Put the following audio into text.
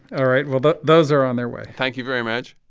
all right. well, but those are on their way thank you very much.